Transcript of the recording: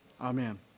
Amen